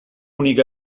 únic